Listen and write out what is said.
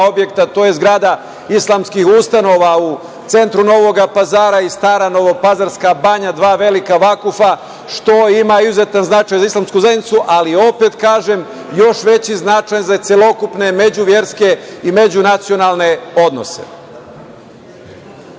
objekta. Jedan je Zgrada islamskih ustanova u centru Novog Pazara i Stara novopazarska banja, dva velika vakufa, što ima izuzetan značaj za islamsku zajednicu, ali, opet kažem, još veći značaj za celokupne međuverske i međunacionalne odnose.